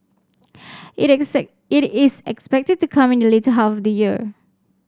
it is it is expected to come in the later half of the year